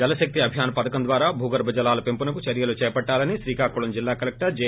జల శక్తి అభియాన్ పథకం ద్వారా భూగర్భ జలాల పెంపునకు చర్యలు చే పట్టాలని శ్రీకాకుళం జిల్లా కలెక్షర్ జె